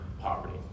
poverty